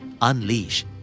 Unleash